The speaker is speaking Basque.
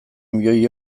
milioi